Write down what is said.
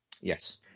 Yes